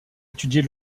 étudier